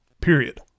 period